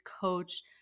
coach